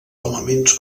elements